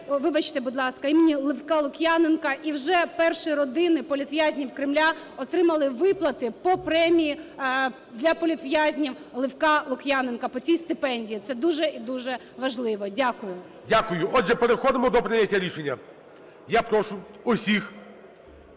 вибачте, будь ласка, імені Левка Лук'яненка, і вже перші родини політв'язнів Кремля отримали виплати по премії для політв'язнів Левка Лук'яненка, по цій стипендії. Це дуже і дуже важливо. Дякую. ГОЛОВУЮЧИЙ. Отже, переходимо до прийняття рішення. Я прошу всіх